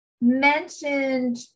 mentioned